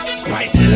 spicy